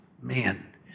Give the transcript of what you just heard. man